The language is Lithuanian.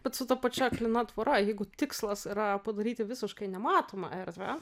bet su ta pačia aklina tvora jeigu tikslas yra padaryti visiškai nematomą erdvę